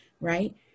right